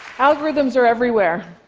algorithms are everywhere.